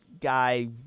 guy